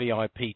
VIP